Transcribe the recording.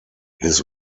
his